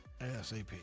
ASAP